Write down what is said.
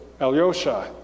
Alyosha